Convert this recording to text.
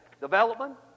development